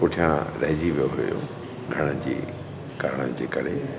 पुठियां रहिजी वियो हुयो खरण जे करण जे करे